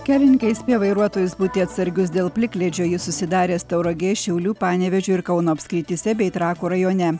kelininkai įspėja vairuotojus būti atsargius dėl plikledžio jis susidaręs tauragės šiaulių panevėžio ir kauno apskrityse bei trakų rajone